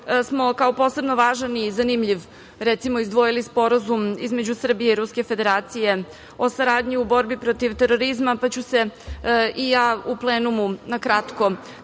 smo kao posebno važan i zanimljiv, recimo, izdvojili Sporazum između Srbije i Ruske Federacije o saradnji u borbi protiv terorizma, pa ću se i ja u plenumu na kratko